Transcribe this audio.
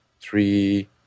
three